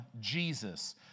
Jesus